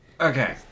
okay